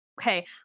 okay